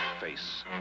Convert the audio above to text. face